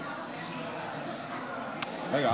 סליחה.